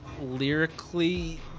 lyrically